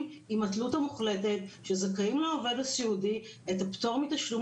עם התלות המוחלטת שזכאים לעובד סיעודי את הפטור מתשלום